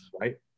right